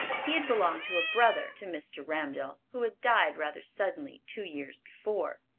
he had belonged to a brother to mr. ramdell, who had died rather suddenly two years before.